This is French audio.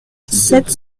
sept